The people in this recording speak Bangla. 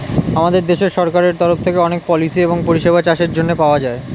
আমাদের দেশের সরকারের তরফ থেকে অনেক পলিসি এবং পরিষেবা চাষের জন্যে পাওয়া যায়